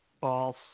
False